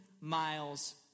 miles